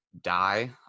die